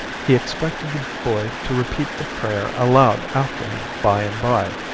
he expected the boy to repeat the prayer aloud after him by-and-by,